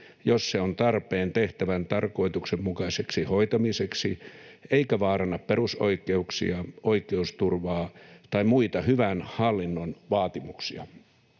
jos se on tarpeen tehtävän tarkoituksenmukaiseksi hoitamiseksi eikä vaaranna perusoikeuksia, oikeusturvaa tai muita hyvän hallinnon vaatimuksia.